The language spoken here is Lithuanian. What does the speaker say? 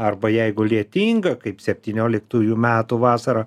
arba jeigu lietinga kaip septynioliktųjų metų vasarą